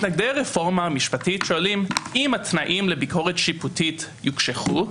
מתנגדי הרפורמה המשפטית שואלים אם התנאים לביקורת שיפוטית יוקשחו,